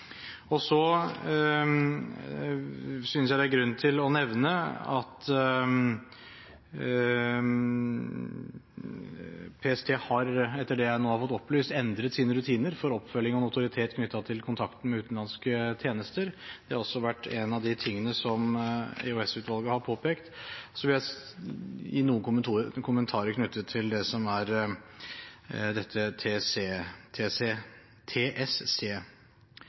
skje, så vi har nå en dialog med PST om hvordan dette skal gjennomføres i praksis. Jeg synes det er grunn til å nevne at PST har, etter det jeg nå har fått opplyst, endret sine rutiner for oppfølging og notoritet knyttet til kontakten med utenlandske tjenester. Det har også vært en av de tingene som EOS-utvalget har påpekt. Jeg vil også gi noen kommentarer knyttet til TSC-registeret. Det er